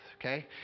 okay